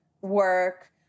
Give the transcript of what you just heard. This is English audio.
work